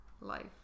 life